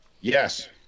Yes